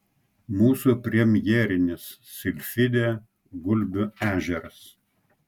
mūsų premjerinis silfidė gulbių ežeras